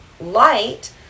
light